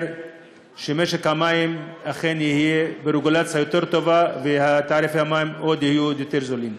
שמשק המים אכן יהיה ברגולציה יותר טובה והמים יהיו עוד יותר זולים.